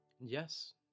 yes